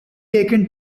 taken